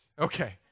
Okay